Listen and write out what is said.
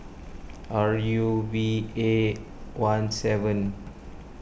R U V A one seven